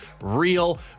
real